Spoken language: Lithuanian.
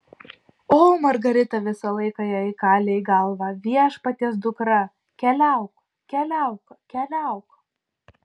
o margarita visą laiką jai kalė į galvą viešpaties dukra keliauk keliauk keliauk